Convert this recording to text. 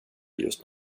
just